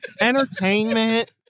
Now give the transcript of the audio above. Entertainment